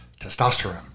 testosterone